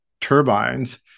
turbines